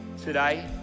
today